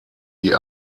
die